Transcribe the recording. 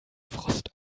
frust